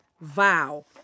vow